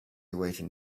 waiting